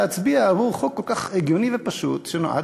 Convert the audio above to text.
להצביע עבור חוק כל כך הגיוני ופשוט שנועד